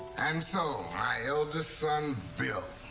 and, so, my eldest son, bill,